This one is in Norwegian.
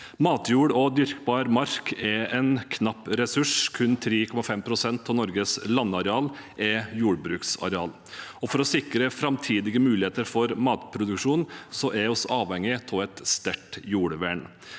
Matjord og dyrkbar mark er en knapp ressurs. Kun 3,5 pst. av Norges landareal er jordbruksareal. For å sikre framtidige muligheter for matproduksjon er vi avhengig av et sterkt jordvern.